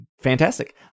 fantastic